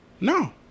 No